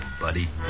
buddy